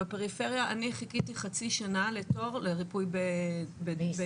בפריפריה אני חיכיתי חצי שנה לתור לריפוי בעיסוק.